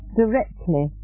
directly